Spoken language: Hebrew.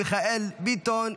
מיכאל ביטון,